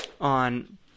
on